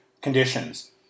conditions